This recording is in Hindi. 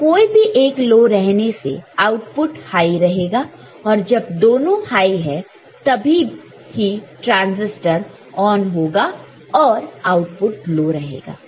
तो कोई भी एक लो रहने से आउटपुट हाई रहेगा और जब दोनों हाई है तभी ही ट्रांजिस्टर ऑन होगा और आउटपुट लो रहेगा